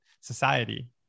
society